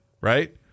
right